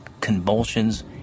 convulsions